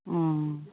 অঁ